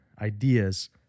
ideas